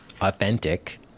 authentic